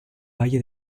valle